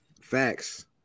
Facts